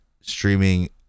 streaming